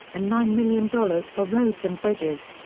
and nine million dollars for roads and bridges.